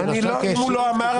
זה נעשה --- אם הוא לא אמר,